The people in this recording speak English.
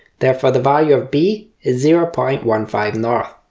therefore the value of b is zero point one five north.